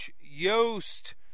yost